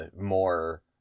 more